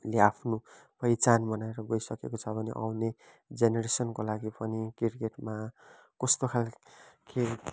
उसले आफ्नो पहिचान बनाएर गइसकेको छ भने आउने जेनेरेसनको लागि पनि क्रिकेटमा कस्तो खालको